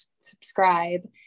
subscribe